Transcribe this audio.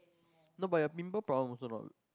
no but your pimple problem also not